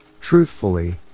Truthfully